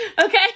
Okay